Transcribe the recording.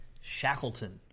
Shackleton